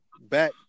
back